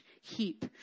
heap